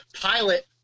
pilot